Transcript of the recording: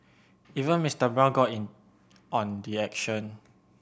even Mister Brown got in on the action